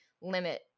limit